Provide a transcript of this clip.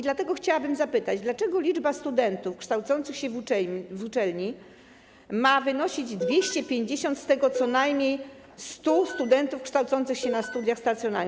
Dlatego chciałabym zapytać, dlaczego liczba studentów kształcących się w uczelni ma wynosić 250, z tego co najmniej 100 studentów kształcących się na studiach stacjonarnych?